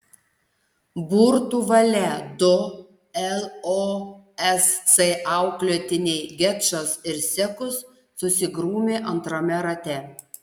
burtų valia du losc auklėtiniai gečas ir sekus susigrūmė antrame rate